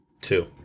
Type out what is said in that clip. Two